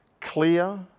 clear